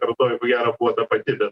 kartoju ko gero buvo ta pati bet